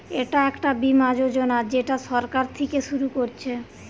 এটা একটা বীমা যোজনা যেটা সরকার থিকে শুরু করছে